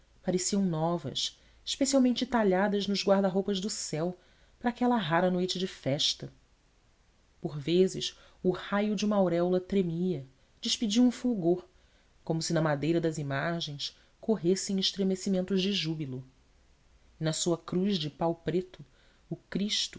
pareciam novas especialmente talhadas nos guarda roupas do céu para aquela rara noite de festa por vezes o raio de uma auréola tremia despedia um fulgor como se na madeira das imagens corressem estremecimentos de júbilo e na sua cruz de pau preto o cristo